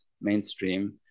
mainstream